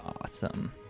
awesome